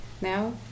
now